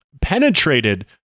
penetrated